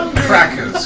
crackers,